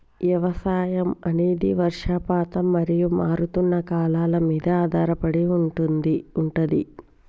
వ్యవసాయం అనేది వర్షపాతం మరియు మారుతున్న కాలాల మీద ఆధారపడి ఉంటది